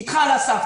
נדחה על הסף.